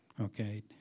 Okay